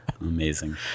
Amazing